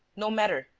no matter,